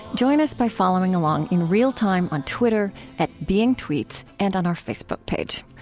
join us by following along in real time on twitter at beingtweets and on our facebook page.